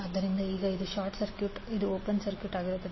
ಆದ್ದರಿಂದ ಈಗ ಇದು ಶಾರ್ಟ್ ಸರ್ಕ್ಯೂಟ್ ಇದು ಓಪನ್ ಸರ್ಕ್ಯೂಟ್ ಆಗಿರುತ್ತದೆ